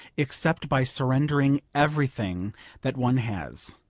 except by surrendering everything that one has.